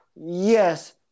Yes